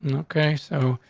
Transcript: and okay, so,